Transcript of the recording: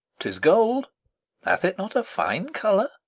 tis gold hath it not a fine colour?